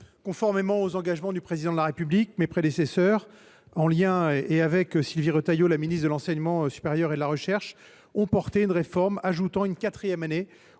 Conformément aux engagements du Président de la République, mes prédécesseurs, en lien avec Sylvie Retailleau, ministre de l’enseignement supérieur et de la recherche, ont engagé une réforme ajoutant une quatrième année